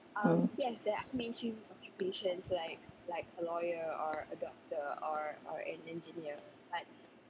mm